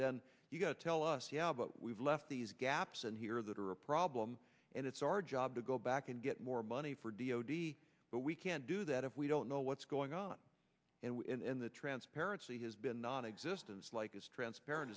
then you go tell us yeah but we've left these gaps and here that are a problem and it's our job to go back and get more money for d o d but we can't do that if we don't know what's going on and the transparency has been nonexistence like as transparent